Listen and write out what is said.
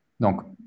Donc